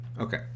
okay